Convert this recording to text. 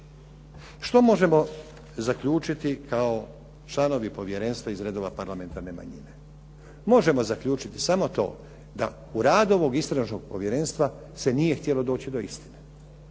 Što možemo zaključiti kao članovi povjerenstva iz redova parlamentarne manjine? Možemo zaključiti samo to da u radu ovog Istražnog povjerenstva se nije htjelo doći do istine,